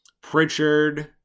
Pritchard